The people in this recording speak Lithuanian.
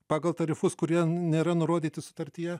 pagal tarifus kurie nėra nurodyti sutartyje